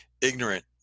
ignorant